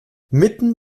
mitten